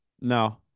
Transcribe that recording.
No